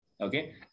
okay